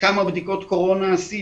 כמה בדיקות קורונה עשיתי,